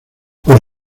por